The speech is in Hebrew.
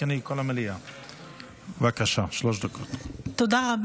לקצץ, לשנות סדרי